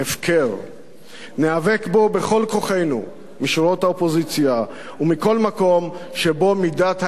ניאבק בו בכל כוחנו משורות האופוזיציה ומכל מקום שבו מידת האמת קיימת.